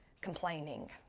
complaining